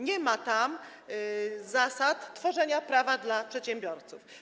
Nie ma tam zasad tworzenia prawa dla przedsiębiorców.